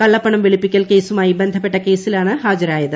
കള്ളപ്പണം വെളുപ്പിക്കൽ കേസുമായി ബന്ധപ്പെട്ട കേസിലാണ് ഹാജരായത്